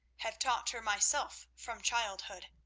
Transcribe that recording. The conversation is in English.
have taught her myself from childhood.